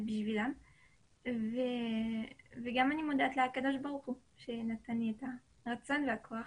אני מודה לקדוש ברוך הוא שנתן לי את הרצון והכוח